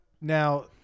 Now